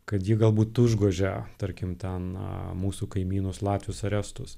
kad ji galbūt užgožia tarkim tą na mūsų kaimynus latvius ar estus